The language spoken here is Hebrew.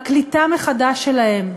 הקליטה מחדש שלהם,